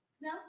no